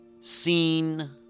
seen